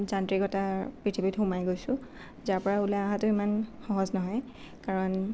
যান্ত্ৰিকতাৰ পৃথিৱীত সোমাই গৈছোঁ যাৰ পৰা ওলাই অহাটো ইমান সহজ নহয় কাৰণ